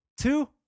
Two